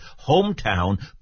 hometown